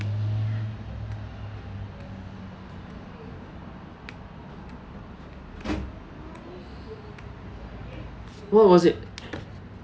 what was it